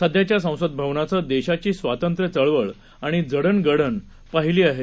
सध्याच्या संसद भवनानं देशाची स्वातंत्र्य चळवळ आणि जडणघडण पाहिली आहे